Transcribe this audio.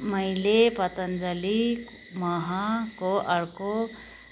मैले पतञ्जलि महको अर्को